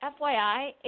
FYI